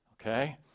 okay